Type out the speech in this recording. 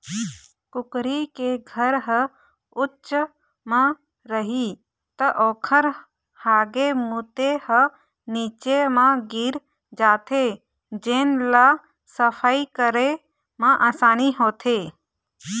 कुकरी के घर ह उच्च म रही त ओखर हागे मूते ह नीचे म गिर जाथे जेन ल सफई करे म असानी होथे